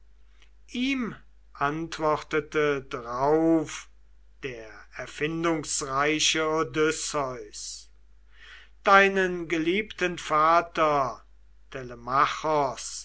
ihm antwortete drauf der erfindungsreiche odysseus deinen geliebten vater